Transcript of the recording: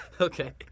Okay